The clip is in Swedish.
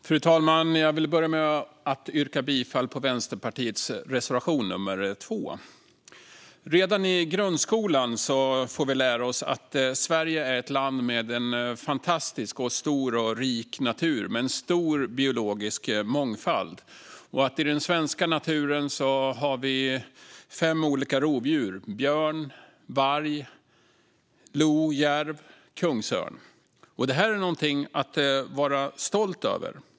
Fru talman! Jag vill börja med att yrka bifall till Vänsterpartiets reservation nr 2. Redan i grundskolan får vi lära oss att Sverige är ett land med en fantastisk, stor och rik natur med en stor biologisk mångfald och att vi i den svenska naturen har fem olika rovdjur: björn, varg, lo, järv och kungsörn. Det här är någonting att vara stolt över.